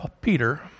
Peter